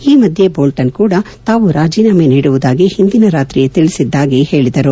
ಈ ಮಧ್ಯೆ ಬೋಲ್ವನ್ ಕೂಡಾ ತಾವು ರಾಜೀನಾಮೆ ನೀಡುವುದಾಗಿ ಹಿಂದಿನ ದಿನ ರಾತ್ರಿಯೇ ತಿಳಿಸಿದ್ದಾಗಿ ಹೇಳಿದರು